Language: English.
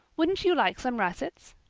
wouldn't you like some russets?